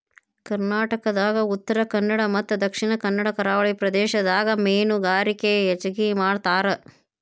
ಕರ್ನಾಟಕದಾಗ ಉತ್ತರಕನ್ನಡ ಮತ್ತ ದಕ್ಷಿಣ ಕನ್ನಡ ಕರಾವಳಿ ಪ್ರದೇಶದಾಗ ಮೇನುಗಾರಿಕೆ ಹೆಚಗಿ ಮಾಡ್ತಾರ